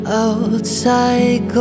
outside